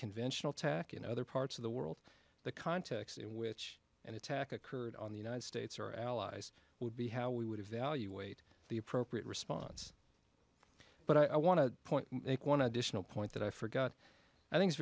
conventional attack in other parts of the world the context in which an attack occurred on the united states or allies would be how we would evaluate the appropriate response but i want to point make one additional point that i forgot i think i